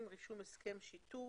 רישום הסכם שיתוף.